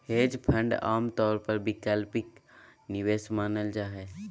hedge fund आमतौर पर वैकल्पिक निवेश मानल जा हय